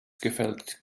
gefällt